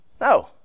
No